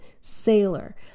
sailor